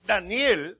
Daniel